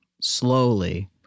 slowly